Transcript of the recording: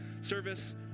service